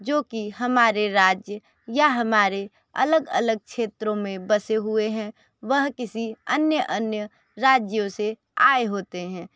जो कि हमारे राज्य या हमारे अलग अलग क्षेत्रों में बसे हुए हैं वह किसी अन्य अन्य राज्यों से आये होते हैं